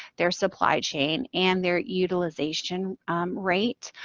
their supply chain, and their utilization rate.